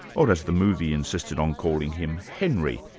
or as the movie insisted on calling him, henry,